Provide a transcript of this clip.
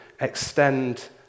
extend